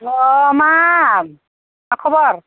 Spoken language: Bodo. हेल्ल' मा खबर